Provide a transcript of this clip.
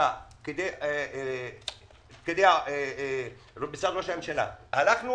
הלכנו